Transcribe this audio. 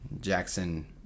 Jackson